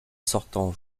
sortant